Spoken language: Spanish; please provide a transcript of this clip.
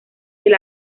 del